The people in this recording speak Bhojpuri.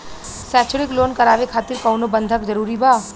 शैक्षणिक लोन करावे खातिर कउनो बंधक जरूरी बा?